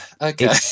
Okay